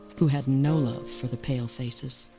who had no love for the palefaces.